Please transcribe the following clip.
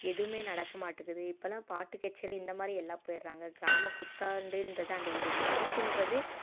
எதுவுமே நடக்க மாட்டேக்குது இப்போலாம் பாட்டு கச்சேரி இந்த மாதிரி எல்லாம் போயிடறாங்க கிராம புத்தாண்டுங்கிறது அந்த ஒரு மதிப்புன்றதே